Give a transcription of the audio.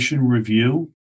review